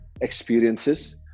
experiences